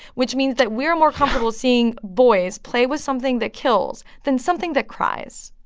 which means that we're more comfortable seeing boys play with something that kills than something that cries